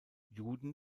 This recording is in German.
juden